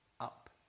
up